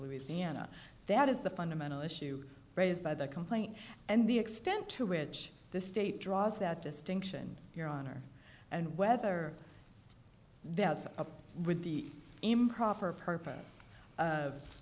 louisiana that is the fundamental issue raised by the complaint and the extent to which this state draws that distinction your honor and whether that's a with the improper purpose of